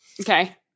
Okay